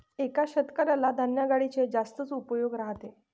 एका शेतकऱ्याला धान्य गाडीचे जास्तच उपयोग राहते